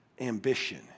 ambition